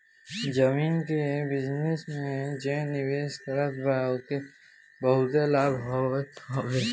जमीन के बिजनस में जे निवेश करत बा ओके बहुते लाभ होत हवे